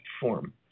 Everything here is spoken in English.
form